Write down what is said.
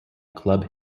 club